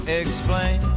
explain